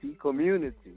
community